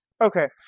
Okay